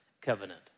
covenant